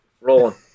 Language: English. rolling